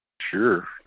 Sure